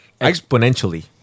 Exponentially